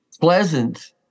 pleasant